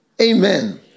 Amen